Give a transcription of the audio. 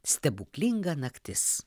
stebuklinga naktis